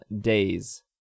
days